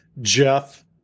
Jeff